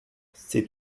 c’est